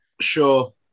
Sure